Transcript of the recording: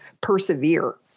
persevere